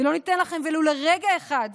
ולא ניתן לכם ולו לרגע אחד